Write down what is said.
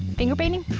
finger painting?